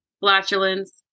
flatulence